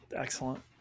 Excellent